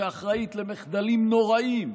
שאחראית למחדלים נוראיים,